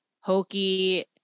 hokey